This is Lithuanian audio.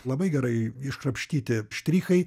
labai gerai iškrapštyti štrichai